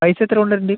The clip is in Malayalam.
പൈസ എത്ര കൊണ്ടുവരേണ്ടത്